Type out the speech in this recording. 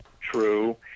true